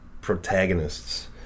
protagonists